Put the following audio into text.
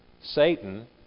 Satan